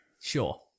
Sure